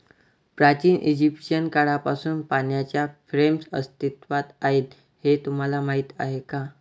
प्राचीन इजिप्शियन काळापासून पाण्याच्या फ्रेम्स अस्तित्वात आहेत हे तुम्हाला माहीत आहे का?